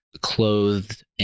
clothed